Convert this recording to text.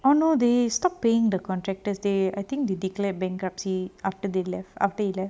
I know they stopped paying the contractors they I think they declare bankruptcy after they left after he left